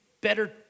better